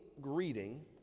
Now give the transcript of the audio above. greeting